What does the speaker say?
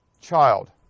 child